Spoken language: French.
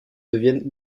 deviennent